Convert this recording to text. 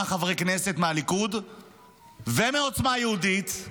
חברי כנסת מהליכוד ומעוצמה יהודית,